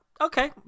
okay